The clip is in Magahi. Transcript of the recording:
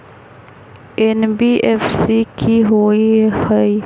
एन.बी.एफ.सी कि होअ हई?